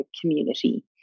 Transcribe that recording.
community